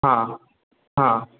हां हां